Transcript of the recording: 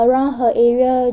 around her area